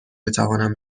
بتوانم